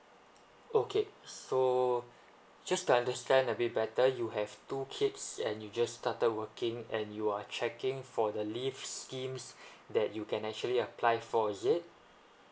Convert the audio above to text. okay so just to understand a bit better you have two kids and you just started working and you are checking for the leave schemes that you can actually apply for is it